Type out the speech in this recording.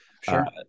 sure